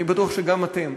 אני בטוח שגם אתם